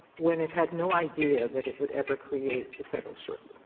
when it had no idea that it would ever create the federal circuit?